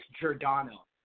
Giordano